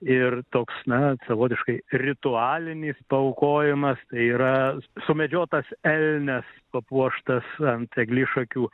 ir toks na savotiškai ritualinis paaukojimas tai yra sumedžiotas elnias papuoštas ant eglišakių